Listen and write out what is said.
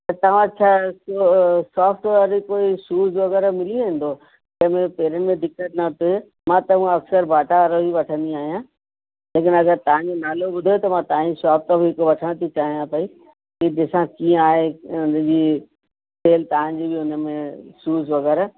त तव्हां वटि छा सॉफ़्ट वारी कोई शूज़ वगै़रह मिली वेंदो त मुंहिंजे पेरनि में दिक़तु नथे मां त हूअं अक्सरु बाटा वारो ई वठंदी आहियां हीअ त मां छा तव्हांजो नालो ॿुधो त मां तव्हांजी शॉप तां बि हिकु वठण थी चाहियां पई की ॾिसां कीअं आहे इन जी खैर तव्हांजी उनमें शूज़ वगै़रह